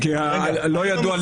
שאלתי היא